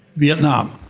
vietnam,